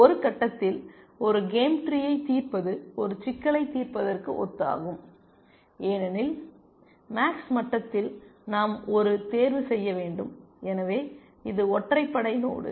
ஒரு கட்டத்தில் ஒரு கேம் ட்ரீயை தீர்ப்பது ஒரு சிக்கலைத் தீர்ப்பதற்கு ஒத்ததாகும் ஏனெனில் மேக்ஸ் மட்டத்தில் நாம் ஒரு தேர்வு செய்ய வேண்டும் எனவே இது ஒற்றைப்படை நோடு